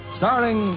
starring